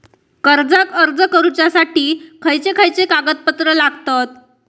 कर्जाक अर्ज करुच्यासाठी खयचे खयचे कागदपत्र लागतत